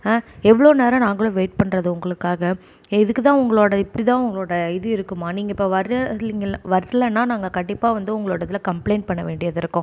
எவ்வளோ நேரம் நாங்களும் வெயிட் பண்றது உங்களுக்காக எதுக்குத்தான் உங்களோடய இப்படிதான் உங்களோடய இது இருக்குமா நீங்கள் இப்போ வர்ற வரலனா நாங்கள் கண்டிப்பாக வந்து உங்களோடய இதில் கம்ப்ளைண்ட் பண்ண வேண்டியது இருக்கும்